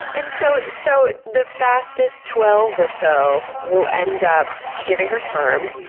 and so so, the fastest twelve or so will end up giving her sperm.